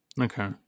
Okay